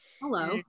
hello